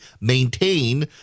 maintain